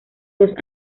dos